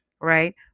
right